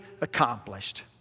accomplished